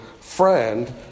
friend